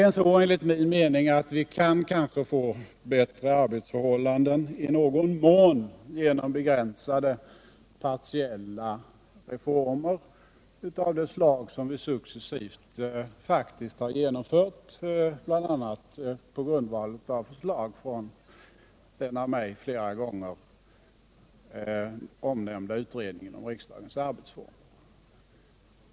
Enligt min mening kan vi kanske i någon mån få bättre arbetsförhållanden genom begränsade partiella reformer av det slag som vi faktiskt successivt har genomfört, bl.a. på grundval av förslag från den av mig flera gånger omnämnda utredningen om riksdagens arbetsformer.